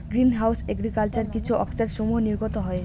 green house agriculture কিছু অক্সাইডসমূহ নির্গত হয়